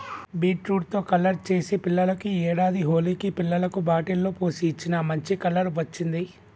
beetroot తో colour చేసి పిల్లలకు ఈ ఏడాది హోలికి పిల్లలకు బాటిల్ లో పోసి ఇచ్చిన, మంచి కలర్ వచ్చింది